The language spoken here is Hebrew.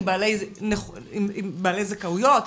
בעלי זכאויות,